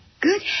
good